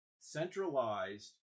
centralized